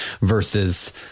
versus